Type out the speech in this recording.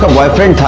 ah boyfriend